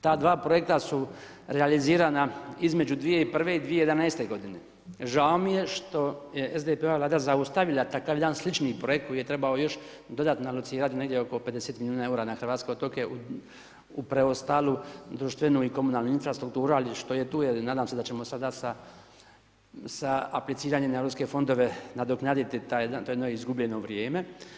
Ta 2 projekta su realiziran između 2001. i 2011. g. Žao mi je što je SDP-ova Vlada zaustavila takav jedan slični problem, koji je trebao još dodatno alocirati, negdje oko 50 milijuna eura na hrvatske otoke u preostalu društvenu i komunalnu infrastrukturu, ali što je tu je, nadam se da ćemo tada sa apliciranjem na europske fondove nadoknaditi to jedno izgubljeno vrijeme.